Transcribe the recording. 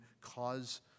cause